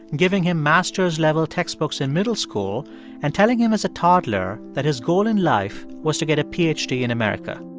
giving him master's-level textbooks in middle school and telling him as a toddler that his goal in life was to get a ph d. in america.